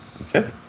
Okay